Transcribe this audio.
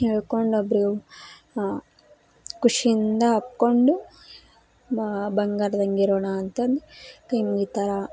ಹೇಳ್ಕೊಂಡು ಒಬ್ಬರು ಖುಷಿಯಿಂದ ಅಪ್ಪಿಕೊಂಡು ಬಾ ಬಂಗಾರದಂಗೆ ಇರೋಣ ಅಂತಂದು ಕೈಮುಗಿತಾರೆ